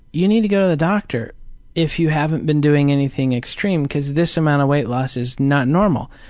you need to go to the doctor if you haven't been doing anything extreme, because this amount of weight loss is not normal.